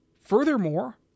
furthermore